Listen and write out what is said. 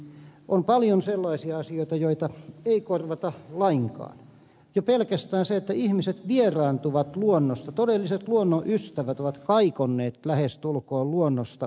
on paljon sellaisia asioita joita ei korvata lainkaan jo pelkästään se että ihmiset vieraantuvat luonnosta todelliset luonnonystävät ovat lähestulkoon kaikonneet luonnosta